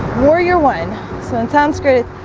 warrior one so it sounds great.